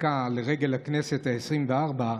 לרגל הכנסת העשרים-וארבע,